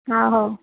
ହଁ ହଉ